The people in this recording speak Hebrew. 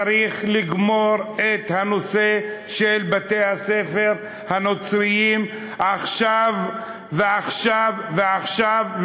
צריך לגמור את הנושא של בתי-הספר הנוצריים עכשיו ועכשיו ועכשיו,